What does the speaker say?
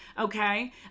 okay